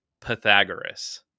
Pythagoras